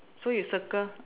so you circle